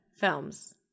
films